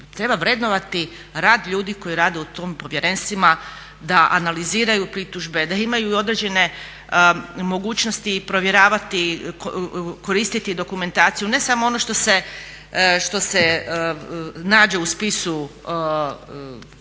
treba vrednovati rad ljudi koji rade u tim povjerenstvima da analiziraju pritužbe, da imaju i određene mogućnosti provjeravati, koristiti dokumentaciju, ne samo ono što se nađe u upravnom